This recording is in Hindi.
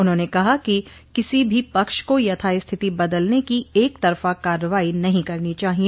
उन्होंने कहा कि किसी भी पक्ष को यथा स्थिति बदलने की एकतरफा कार्रवाई नहीं करनी चाहिए